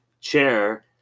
chair